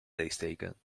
leesteken